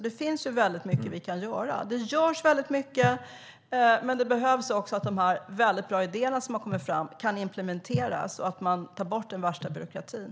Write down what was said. Det finns alltså väldigt mycket vi kan göra. Det görs redan väldigt mycket, men de bra idéer som har kommit fram behöver också implementeras, och vi måste ta bort den värsta byråkratin.